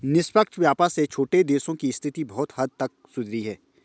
निष्पक्ष व्यापार से छोटे देशों की स्थिति बहुत हद तक सुधरी है